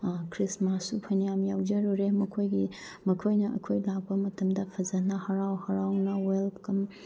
ꯈ꯭ꯔꯤꯁꯃꯥꯁꯁꯨ ꯐꯅ꯭ꯌꯥꯝ ꯌꯥꯎꯖꯔꯨꯔꯦ ꯃꯈꯣꯏꯒꯤ ꯃꯈꯣꯏꯅ ꯑꯩꯈꯣꯏ ꯂꯥꯛꯄ ꯃꯇꯝꯗ ꯐꯖꯅ ꯍꯔꯥꯎ ꯍꯔꯥꯎꯅ ꯋꯦꯜꯀꯝ